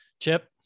Chip